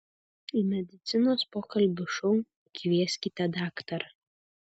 į medicinos pokalbių šou kvieskite daktarą